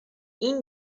این